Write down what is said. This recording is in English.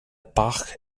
bach